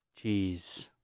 Jeez